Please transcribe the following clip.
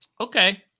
Okay